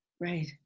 Right